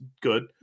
good